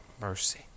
mercy